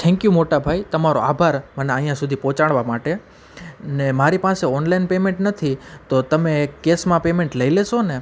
thank you મોટા ભાઈ તમારો આભાર મને અહીં સુધી પહોંચાડવા માટે ને મારી પાસે ઓનલાઈન પેમેન્ટ નથી તો તમે એક કેશમાં પેમેન્ટ લઈ લેશોને